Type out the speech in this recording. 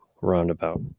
roundabout